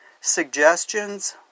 Suggestions